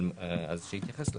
שיתייחס לזה.